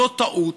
זאת טעות.